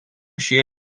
šie